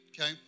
okay